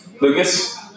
Lucas